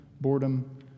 boredom